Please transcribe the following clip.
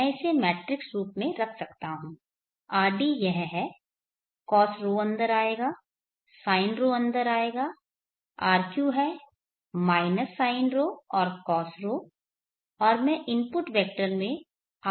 मैं इसे मैट्रिक्स रूप में रख सकता हूं rd यह है cosρ अंदर आएगा sinρ अंदर आएगा rq है माइनस sinρ और cosρ और मैं इनपुट वैक्टर में rα rβ को डाल सकता हूं